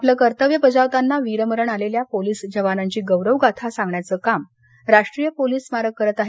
आपले कर्तव्य बजावतांना वीरमरण आलेल्या पोलीस जवानांची गौरवगाथा सांगण्याचं काम राष्टीय पोलीस स्मारक करत आहे